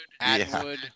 Atwood